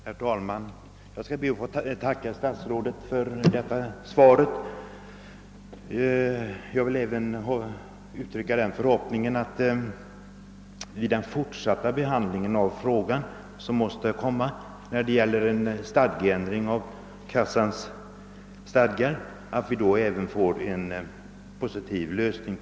Herr talman! Jag skall be att få tacka statsrådet för detta svar. Jag vill även uttrycka den förhoppningen, att vi vid den fortsatta behandlingen av frågan — det gäller ändring av kassans stadgar — får en positiv lösning.